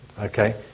okay